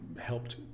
helped